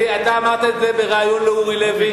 אתה אמרת את זה בריאיון לאורי לוי: